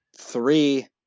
three